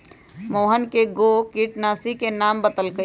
मोहन कै गो किटनाशी के नामो बतलकई